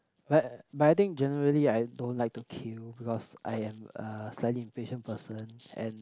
but but I think generally I don't like to queue because I am a slightly impatient person and